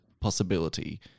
possibility